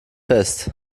fest